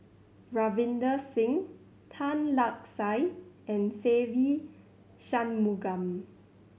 Ravinder Singh Tan Lark Sye and Se Ve Shanmugam